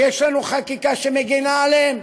יש לנו חקיקה שמגינה עליהם,